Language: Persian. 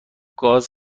گاز